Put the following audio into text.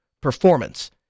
performance